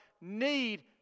need